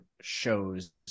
shows